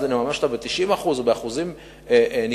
אז נממש אותה ב-90% או באחוזים ניכרים,